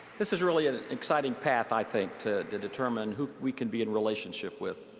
this is really an exciting path, i think, to determine who we can be in relationship with,